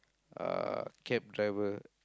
uh cab driver